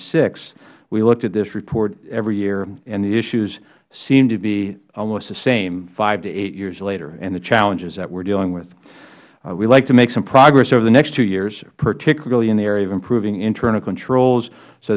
six we looked at this report every year and the issues seem to be almost the same five to eight years later and the challenges we are dealing with we would like to make some progress over the next two years particularly in the area of improving internal controls so